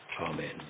Amen